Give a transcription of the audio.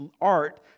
art